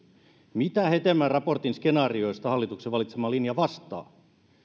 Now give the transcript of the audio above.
mitä hetemäen raportin skenaarioista hallituksen valitsema linja vastaa